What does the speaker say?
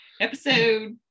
episode